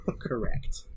Correct